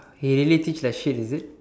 he really teach like shit is it